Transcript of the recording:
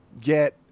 get